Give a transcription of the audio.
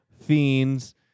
fiends